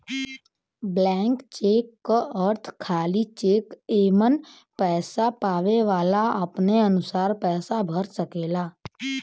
blank cheque क अर्थ खाली चेक एमन पैसा पावे वाला अपने अनुसार पैसा भर सकेला